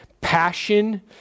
passion